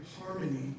harmony